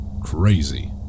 Crazy